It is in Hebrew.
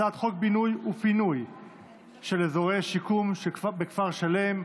הצעת חוק בינוי ופינוי של אזורי שיקום (כפר שלם),